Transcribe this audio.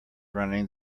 running